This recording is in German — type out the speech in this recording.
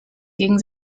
gegen